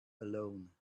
alone